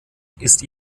ist